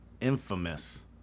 infamous